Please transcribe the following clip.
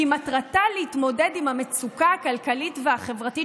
כי מטרתה להתמודד עם המצוקה הכלכלית והחברתית